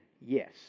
yes